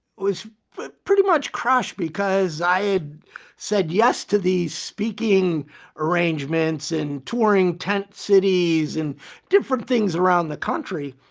was but pretty much crushed because i had said yes to the speaking arrangements and touring tent cities and different things around the country.